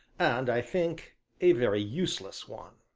and i think a very useless one.